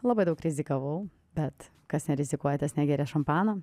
labai daug rizikavau bet kas nerizikuoja tas negeria šampano